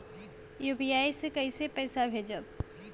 UPI से कईसे पैसा भेजब?